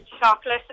chocolate